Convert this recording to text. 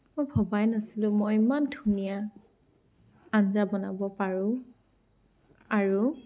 মই ভবাই নাছিলো মই ইমান ধুনীয়া আঞ্জা বনাব পাৰো আৰু